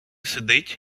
сидить